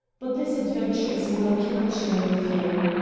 but this adventure is one i cannot share with you.